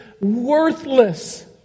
worthless